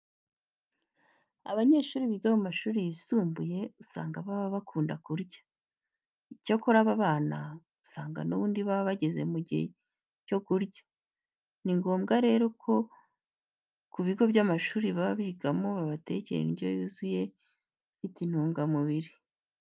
Abanyeshuri biga mu mashuri yisumbuye usanga baba bakunda kurya. Icyakora aba bana usanga n'ubundi baba bageze mu gihe cyo kurya. Ni ngombwa rero ko ku bigo by'amashuri baba bigamo babatekera indyo yuzuye ifite intungamubiri ihagije.